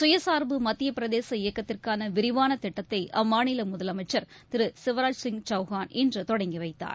சுயசா்பு மத்தியபிரதேச இயக்கத்திற்கானவிரிவானதிட்டத்தைஅம்மாநிலமுதலமைச்சா் திருசிவராஜ் சிங் சௌஹான் இன்றுதொடங்கிவைத்தார்